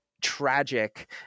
tragic